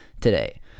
today